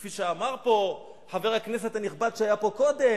כפי שאמר פה חבר הכנסת הנכבד שהיה פה קודם,